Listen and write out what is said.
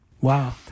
wow